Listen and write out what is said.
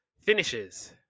finishes